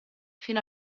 fino